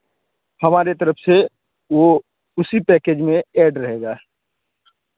हमारे तरफ़ से वह उसी पैकेज में ऐड रहेगा